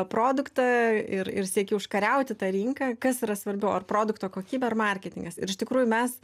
produktą ir ir sieki užkariauti tą rinką kas yra svarbiau ar produkto kokybė ar marketingas ir iš tikrųjų mes